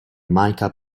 mica